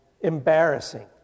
embarrassing